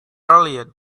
earlier